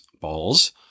Balls